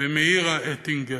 ומאירה אטינגר,